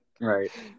Right